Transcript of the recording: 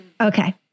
Okay